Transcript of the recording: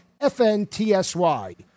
FNTSY